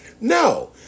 No